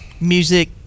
music